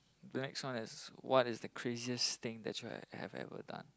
the next one is what is the craziest thing that you've have ever done